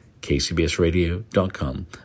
KCBSRadio.com